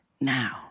now